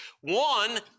One